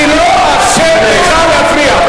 אני לא אאפשר לך להפריע.